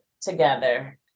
together